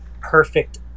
perfect